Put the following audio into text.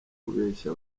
kubeshya